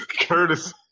Curtis